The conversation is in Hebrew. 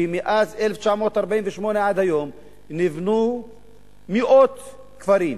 שמאז 1948 עד היום נבנו מאות כפרים,